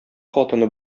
хатыны